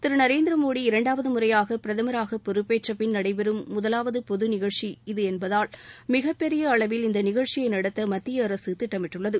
திரு நரேந்திரமேளாடி இரண்டாவது முறையாக பிரதமராக பொறப்பேற்றபின் நடைபெறம் முதலாவது பொது நிகழ்ச்சி என்பதால் மிகப்பெரிய அளவில் இந்த நிகழ்ச்சியை நடத்த மத்தியஅரசு திட்டமிட்டுள்ளது